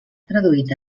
traduït